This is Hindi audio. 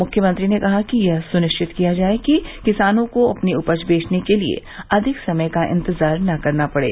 मुख्यमंत्री ने कहा कि यह सुनिश्चित किया जाये कि किसानों को अपनी उपज बेचने के लिये अधिक समय का इंतजार न करना पड़े